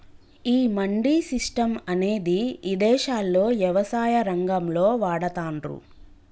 ఈ మండీ సిస్టం అనేది ఇదేశాల్లో యవసాయ రంగంలో వాడతాన్రు